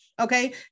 okay